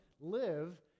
live